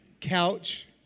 couch